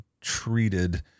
treated